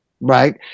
right